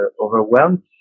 overwhelmed